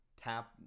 tap